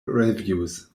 reviews